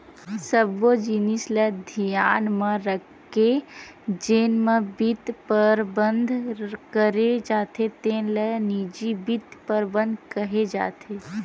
सब्बो जिनिस ल धियान म राखके जेन म बित्त परबंध करे जाथे तेन ल निजी बित्त परबंध केहे जाथे